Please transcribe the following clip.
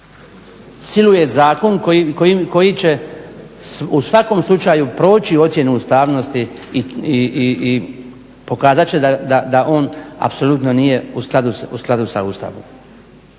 siluje zakon koji će u svakom slučaju proći ocjenu ustavnosti i pokazat će da on apsolutno nije u skladu sa Ustavom